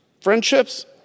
friendships